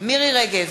מירי רגב,